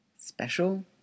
Special